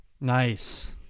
Nice